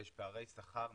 יש פערי שכר,